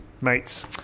mates